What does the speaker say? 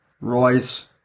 Royce